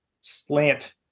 slant